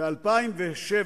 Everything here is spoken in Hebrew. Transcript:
ב-2007